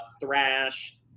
Thrash